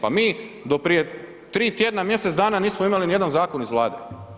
Pa mi do prije 3 tj., mjesec dana nismo imali nijedan zakon iz Vlade.